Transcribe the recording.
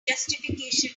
justification